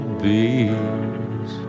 bees